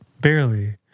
barely